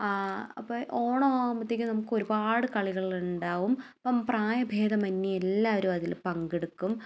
അപ്പോൾ ഓണം ആകുമ്പോഴത്തേക്കും നമുക്ക് ഒരുപാട് കളികളുണ്ടാകും ഇപ്പം പ്രായ ഭേദമെന്യേ എല്ലാവരും അതിൽ പങ്കെടുക്കും